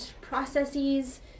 processes